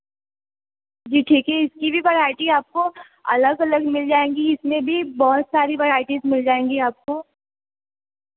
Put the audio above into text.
जी ठीक है इसकी भी वैराइटी आपको अलग अलग मिल जाएँगी इसमें भी बहुत सारी वैराइटी मिल जाएँगी आपको